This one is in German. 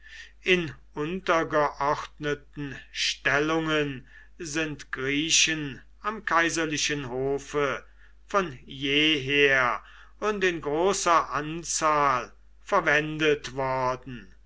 in untergeordneten stellungen sind griechen am kaiserlichen hofe von jeher und in großer anzahl verwendet worden